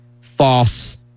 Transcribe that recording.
false